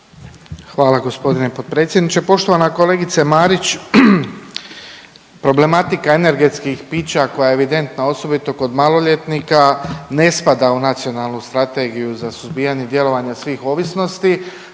Hvala g. potpredsjedniče. Poštovana kolegice Marić, problematika energetskih pića koja je evidentna, osobito kod maloljetnika, ne spada u Nacionalnu strategiju za suzbijanje djelovanja svih ovisnosti,